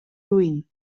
duin